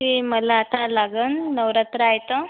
ते मला आता लागेल नवरात्र आहे तर